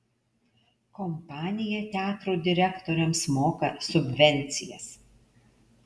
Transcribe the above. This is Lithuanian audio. kompanija teatrų direktoriams moka subvencijas